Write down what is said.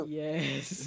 yes